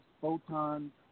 photons